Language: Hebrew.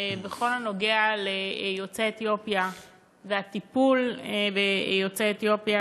מאוד בכל הנוגע ליוצאי אתיופיה והטיפול ביוצאי אתיופיה,